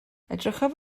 edrychaf